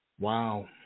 Wow